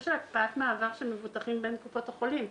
של הקפאת מעבר של מבוטחים בין קופות החולים.